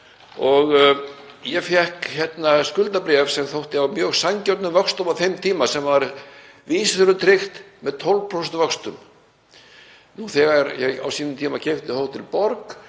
Ég fékk skuldabréf, sem þótti á mjög sanngjörnum vöxtum á þeim tíma, sem var vísitölutryggt með 12% vöxtum. Þegar ég á sínum tíma keypti Hótel Borg,